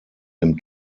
dem